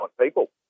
people